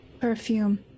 Perfume